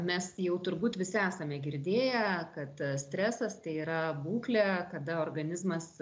mes jau turbūt visi esame girdėję kad stresas tai yra būklė kada organizmas